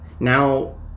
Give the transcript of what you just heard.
Now